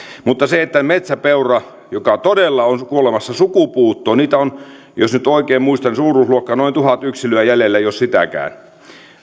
mutta metsäpeura todella on kuolemassa sukupuuttoon niitä on jos nyt oikein muistan suuruusluokkaa noin tuhat yksilöä jäljellä jos sitäkään